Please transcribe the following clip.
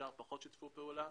השאר פחות שיתפו פעולה.